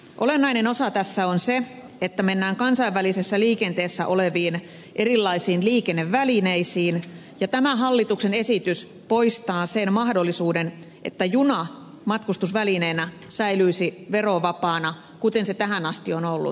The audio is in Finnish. olennainen osa tässä on se että mennään kansainvälisessä liikenteessä oleviin erilaisiin liikennevälineisiin ja tämä hallituksen esitys poistaa sen mahdollisuuden että juna matkustusvälineenä säilyisi verovapaana kuten se tähän asti on ollut